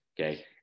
Okay